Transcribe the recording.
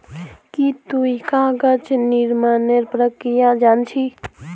की तुई कागज निर्मानेर प्रक्रिया जान छि